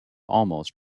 almost